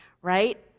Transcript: right